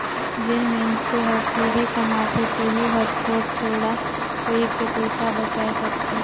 जेन मइनसे हर थोरहें कमाथे तेहू हर थोर थोडा कइर के पइसा बचाय सकथे